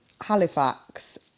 Halifax